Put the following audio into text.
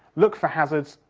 look for hazards,